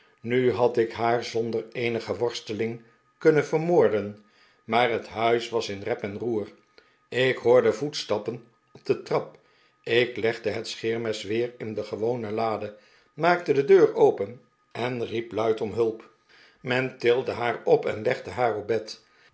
nu had ik haar zonder eenige worsteling kunnen vermoorden maar het huis was in rep en roer ik hoorde voetstappen op de trap ik legde het scheermes weer in de gewone lade maakte de deur open en riep luid om hulp men tilde haar op en legde haar op bed